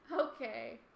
Okay